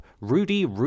Rudy